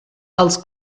els